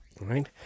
Right